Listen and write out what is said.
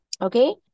Okay